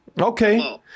Okay